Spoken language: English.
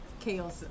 chaos